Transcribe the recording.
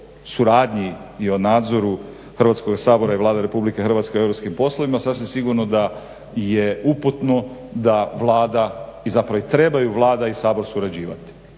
i o nadzoru Hrvatskoga sabora i Vlade Republike Hrvatske o europskim poslovima, sasvim sigurno da je uputno da Vlada i zapravo i trebaju Vlada i Sabor surađivati.